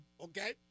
okay